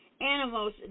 Animals